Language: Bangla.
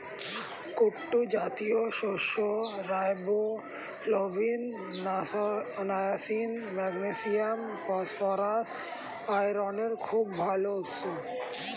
কুট্টু জাতীয় শস্য রাইবোফ্লাভিন, নায়াসিন, ম্যাগনেসিয়াম, ফসফরাস, আয়রনের খুব ভাল উৎস